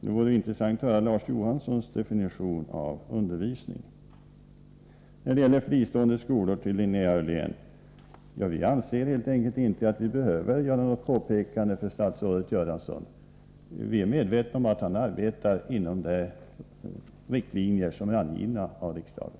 Det vore intressant att få höra Larz Johanssons definition på undervisning. När det gäller fristående skolor vill jag säga följande till Linnea Hörlén. Vi anser helt enkelt att vi inte behöver göra något påpekade för statsrådet Göransson, eftersom vi är medvetna om att han arbetar enligt de riktlinjer som har angivits av riksdagen.